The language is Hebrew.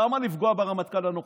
למה לפגוע ברמטכ"ל הנוכחי?